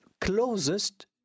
closest